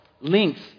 links